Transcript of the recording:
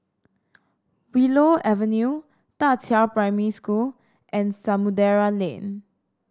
Willow Avenue Da Qiao Primary School and Samudera Lane